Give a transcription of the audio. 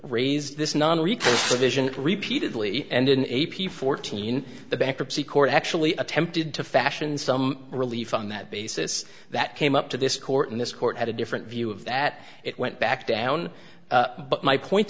raised this nonrecurring vision repeatedly and in a p fourteen the bankruptcy court actually attempted to fashion some relief on that basis that came up to this court and this court had a different view of that it went back down but my point